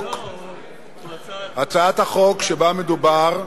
הצעת החוק שבה מדובר,